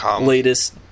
latest